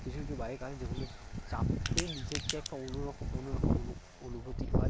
কিছু কিছু বাইক আছে যেগুলো চাপতেই নিজেকে একটা অন্য রকম অন্য রকম অনুভূতি হয়